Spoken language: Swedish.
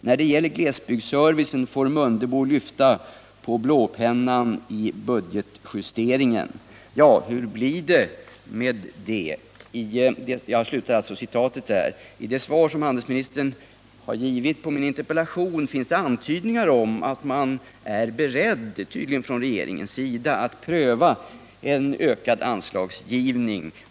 När det gäller glesbygdsservicen får Mundebo lyfta på blåpennan i budgetjusteringen.” Vad gäller det sista jag citerade vill jag fråga: Hur blir det med detta? I det svar på min interpellation som handelsministern avgivit finns det antydningar om att regeringen är beredd att pröva frågan om en ökad anslagsgivning.